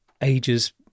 ages